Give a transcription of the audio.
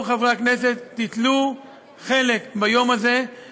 מאורח החיים והלמידה והחינוך הפורמלי בבתי-הספר,